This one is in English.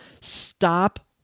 Stop